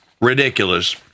ridiculous